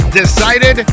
decided